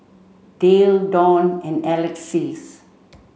Dale Don and Alexys